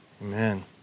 Amen